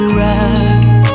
right